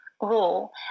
rule